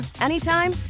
anytime